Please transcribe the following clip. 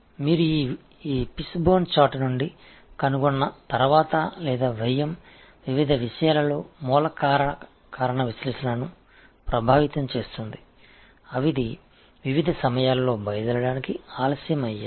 இந்த fish bone அட்டவணையில் இருந்து நீங்கள் கண்டறிந்த பிறகு அல்லது செலவு பல்வேறு விஷயங்களில் மூல காரண பகுப்பாய்வை பாதிக்கும் அது பல்வேறு காலங்களில் புறப்படுவதில் தாமதத்தை ஏற்படுத்தியது